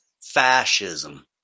fascism